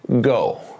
go